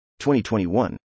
2021